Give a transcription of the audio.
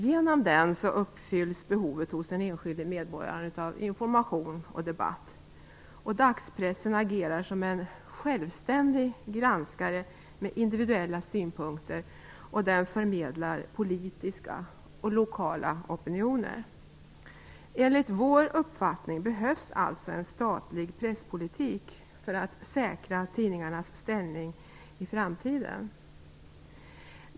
Genom den uppfylls behovet hos den enskilde medborgaren av information och debatt. Dagspressen agerar som en självständig granskare med individuella synpunkter, och den förmedlar politiska och lokala opinioner. Enligt vår uppfattning behövs alltså en statlig presspolitik för att säkra tidningarnas ställning i framtiden.